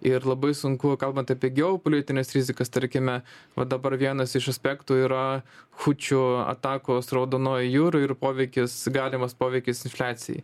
ir labai sunku kalbant apie geopolitines rizikas tarkime va dabar vienas iš aspektų yra chučių atakos raudonojoj jūroj ir poveikis galimas poveikis infliacijai